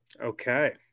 Okay